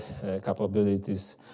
capabilities